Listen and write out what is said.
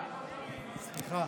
סליחה,